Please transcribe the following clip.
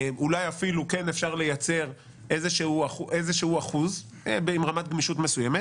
אולי אפשר אפילו לייצר איזה שהוא אחוז עם רמת גמישות מסוימת.